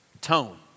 tone